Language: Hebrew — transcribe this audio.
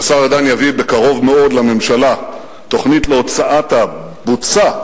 והשר ארדן יביא בקרוב מאוד לממשלה תוכנית להוצאת הבוצה,